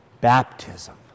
baptism